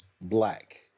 black